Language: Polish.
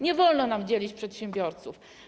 Nie wolno nam dzielić przedsiębiorców.